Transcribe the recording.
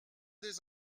des